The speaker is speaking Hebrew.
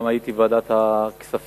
גם הייתי בוועדת הכספים.